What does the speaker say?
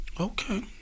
Okay